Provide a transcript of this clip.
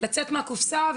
לצאת מהקופסה,